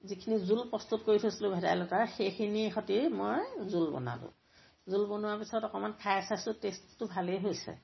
যিখিনি জোল প্ৰস্তুত কৰি থৈছিলোঁ ভেদাইলতাৰে সেইখিনিৰ সৈতে মই জোল বনালোঁ জোল বনোৱাৰ পিছত অকমান খাই চাইছোঁ টেষ্টটো ভালেই হৈছে